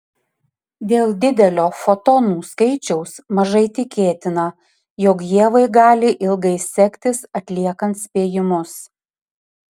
dėl didelio fotonų skaičiaus mažai tikėtina jog ievai gali ilgai sektis atliekant spėjimus